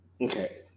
Okay